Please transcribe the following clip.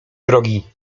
drogi